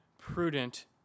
Prudent